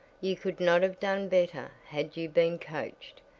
you could not have done better had you been coached,